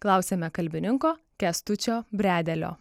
klausiame kalbininko kęstučio bredelio